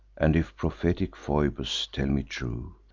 and if prophetic phoebus tell me true,